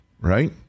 Right